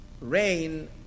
Rain